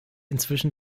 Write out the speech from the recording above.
inzwischen